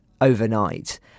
overnight